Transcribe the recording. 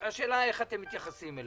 השאלה היא איך אתם מתייחסים אלינו.